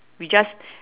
we just